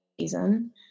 season